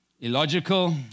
illogical